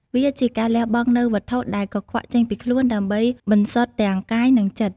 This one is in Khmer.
វាជាការលះបង់នូវវត្ថុដែលកខ្វក់ចេញពីខ្លួន ដើម្បីបន្សុទ្ធទាំងកាយនិងចិត្ត។